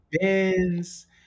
Benz